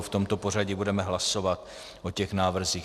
V tomto pořadí budeme hlasovat o těch návrzích.